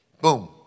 Boom